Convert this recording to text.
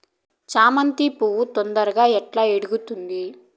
చామంతి పువ్వు తొందరగా ఎట్లా ఇడుగుతుంది?